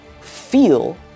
feel